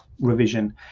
revision